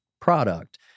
product